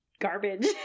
Garbage